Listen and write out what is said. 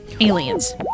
Aliens